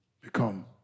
become